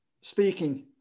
Speaking